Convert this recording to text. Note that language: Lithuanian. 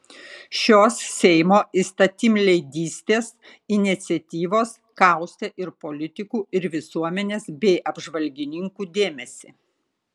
šios seimo įstatymleidystės iniciatyvos kaustė ir politikų ir visuomenės bei apžvalgininkų dėmesį